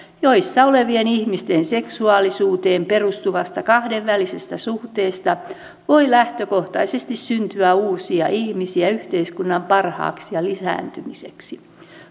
joissa olevien ihmisten seksuaalisuuteen perustuvasta kahdenvälisestä suhteesta voi lähtökohtaisesti syntyä uusia ihmisiä yhteiskunnan parhaaksi ja lisääntymiseksi